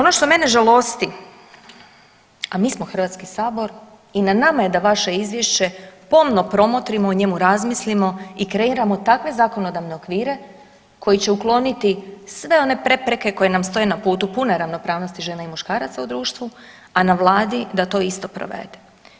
Ono što mene žalosti, a mi smo HS i na nama je da vaše izvješće pomno promotrimo i o njemu raspravimo i kreiramo takve zakonodavne okvire koji će ukloniti sve one prepreke koje nam stoje na putu pune ravnopravnosti žene i muškaraca u društvu, a na vladi da to isto provede.